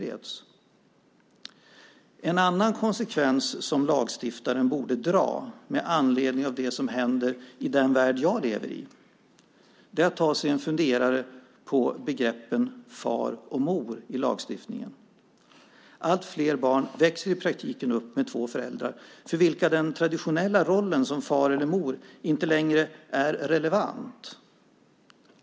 En annan konsekvens med anledning av det som händer i den värld som jag lever i borde vara att lagstiftaren tar sig en funderare på begreppen far och mor i lagstiftningen. Allt fler barn växer i praktiken upp med två föräldrar för vilka de traditionella rollerna som far eller mor inte längre är relevanta.